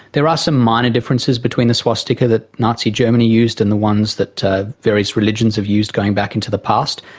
there are some minor differences between the swastika that nazi germany used and the ones that various religions have used going back into the past,